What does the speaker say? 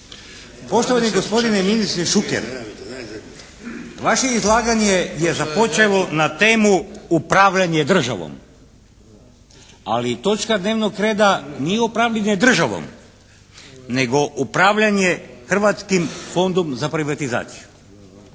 Poštovani gospodine ministre Šuker, vaše izlaganje je započelo na temu upravljanje državom, ali točka dnevnog reda nije upravljanje državom, nego upravljanje Hrvatskim fondom za privatizaciju.